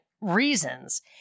reasons